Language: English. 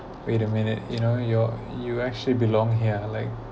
wait a minute you know your you actually belong here like